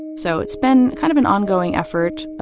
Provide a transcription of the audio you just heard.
and so it's been kind of an ongoing effort,